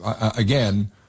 again